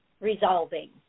resolving